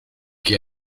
que